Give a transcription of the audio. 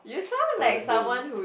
toilet bowl